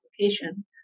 application